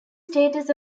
status